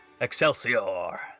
Excelsior